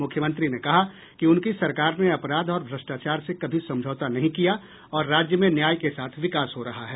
मुख्यमंत्री ने कहा कि उनकी सरकार ने अपराध और भ्रटाचार से कभी समझौता नहीं किया और राज्य में न्याय के साथ विकास हो रहा है